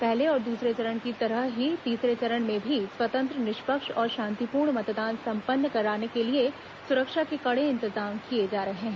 पहले और दूसरे चरण की तरह ही तीसरे चरण में भी स्वतंत्र निष्पक्ष और शांतिपूर्ण मतदान संपन्न कराने के लिए सुरक्षा के कड़े इंतजाम किए जा रहे हैं